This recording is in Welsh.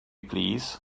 plîs